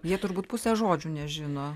jie turbūt pusės žodžių nežino